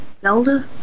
Zelda